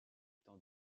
étant